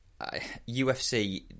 UFC